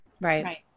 Right